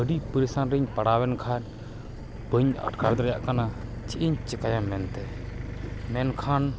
ᱟᱹᱰᱤ ᱯᱟᱹᱨᱤᱥᱟᱱ ᱨᱮᱧ ᱯᱟᱲᱟᱣ ᱮᱱ ᱠᱷᱟᱱ ᱵᱟᱹᱧ ᱟᱴᱠᱟᱨ ᱫᱟᱲᱮᱭᱟᱜ ᱠᱟᱱ ᱪᱮᱫ ᱤᱧ ᱪᱮᱠᱟᱭᱟ ᱢᱮᱱᱛᱮ ᱢᱮᱱᱠᱷᱟᱱ